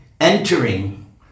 entering